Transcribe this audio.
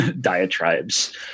diatribes